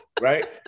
Right